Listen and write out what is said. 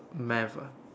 math ah